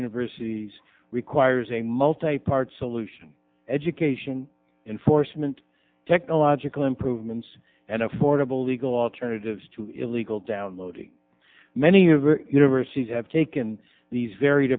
universities requires a multi part solution education enforcement technological improvements and affordable legal alternatives to illegal downloading many of the universities have taken these v